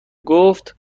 گفت